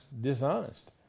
dishonest